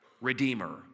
Redeemer